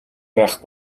байх